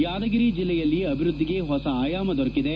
ಯಾದಗಿರಿ ಜಲ್ಲೆಯಲ್ಲಿ ಅಭಿವೃದ್ದಿಗೆ ಹೊಸ ಆಯಾಮ ದೊರಕಿದೆ